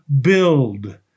build